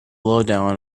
lowdown